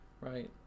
Right